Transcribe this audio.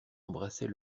embrassait